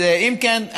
אם כן,